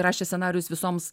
rašė scenarijus visoms